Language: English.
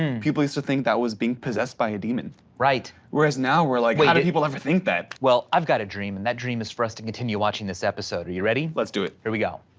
and people used to think that was being possessed by a demon whereas now we're like, how do people ever think that? well, i've got a dream, and that dream is for us to continue watching this episode. are you ready? let's do it. here we go.